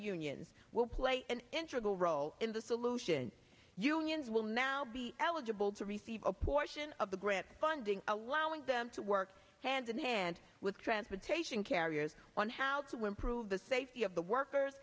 unions will play an integral role in the solution unions will now be eligible to receive a portion of the grant funding allowing them to work hand in hand with transportation carriers on how to improve the safety of the workers